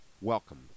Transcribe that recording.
Welcome